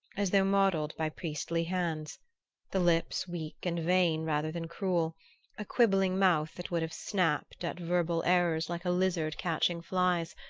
as though modelled by priestly hands the lips weak and vain rather than cruel a quibbling mouth that would have snapped at verbal errors like a lizard catching flies,